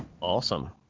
Awesome